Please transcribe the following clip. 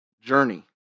journey